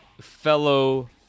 fellow